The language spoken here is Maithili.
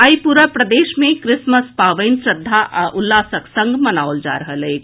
आइ पूरा प्रदेश मे क्रिसमस श्रद्धा आ उल्लासक संग मनाओल जा रहल अछि